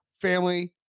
family